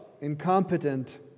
incompetent